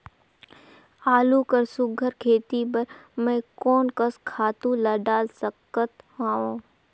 आलू कर सुघ्घर खेती बर मैं कोन कस खातु ला डाल सकत हाव?